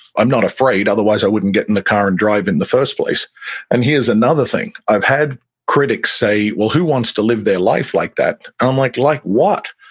i'm not afraid. otherwise, i wouldn't get in the car and drive it in the first place and here's another thing. i've had critics say, well, who wants to live their life like that? i'm like, like what?